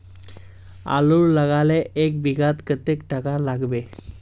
आलूर लगाले एक बिघात कतेक टका लागबे?